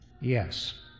yes